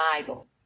Bible